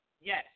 Yes